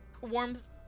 warms